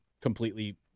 Completely